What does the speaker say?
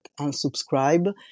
unsubscribe